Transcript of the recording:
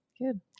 Good